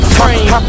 frame